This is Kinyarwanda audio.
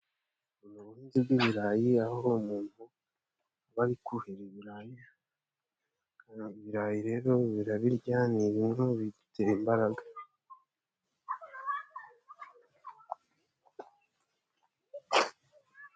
Ubuhinzi bw'ibirayi aho umuntu aba ari kuhira ibirayi, ibirayi rero barabirya ni bimwe bitera imbaraga.